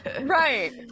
Right